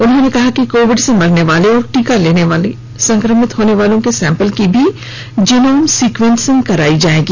उन्होंने कहा कि कोविड से मरने वाले और टीका लेने के बाद संक्रमित होने वालों के सैंपल की भी जीनोम सिक्वेसिंग करायी जायेगी